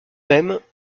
mêmes